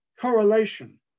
correlation